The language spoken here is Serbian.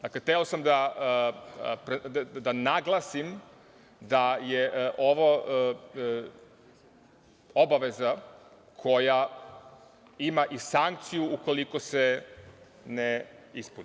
Dakle, hteo sam da naglasim da je ovo obaveza koja ima i sankciju, ukoliko se ne ispuni.